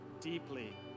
deeply